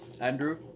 Andrew